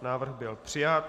Návrh byl přijat.